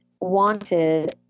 wanted